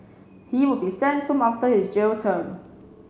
he will be sent home after his jail term